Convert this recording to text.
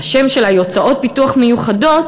והשם שלה הוצאות פיתוח מיוחדות,